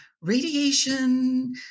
Radiation